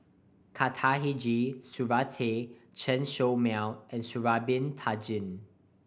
Khatijah Surattee Chen Show Mao and Sha'ari Bin Tadin